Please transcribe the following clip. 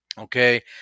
okay